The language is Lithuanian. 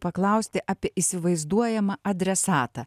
paklausti apie įsivaizduojamą adresatą